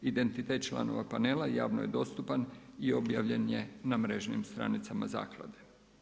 Identitet članova panela javno je dostupan i objavljen je na mrežnim stranicama zaklade.